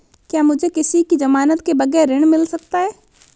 क्या मुझे किसी की ज़मानत के बगैर ऋण मिल सकता है?